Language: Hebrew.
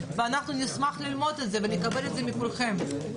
ואנחנו נשמח ללמוד את זה ונקבל את זה מכולכם.